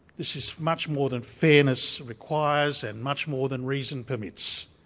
this is much more than fairness requires and much more than reason permits.